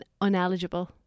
Uneligible